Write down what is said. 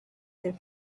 their